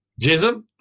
jism